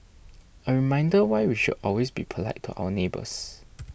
a reminder why we should always be polite to our neighbours